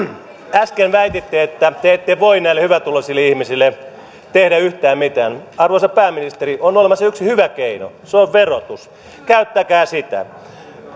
äsken väititte että te ette voi näille hyvätuloisille ihmisille tehdä yhtään mitään arvoisa pääministeri on olemassa yksi hyvä keino se on verotus käyttäkää sitä